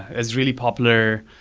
it's really popular.